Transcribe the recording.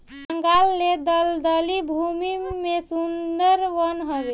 बंगाल ले दलदली भूमि में सुंदर वन हवे